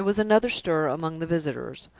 there was another stir among the visitors.